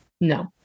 No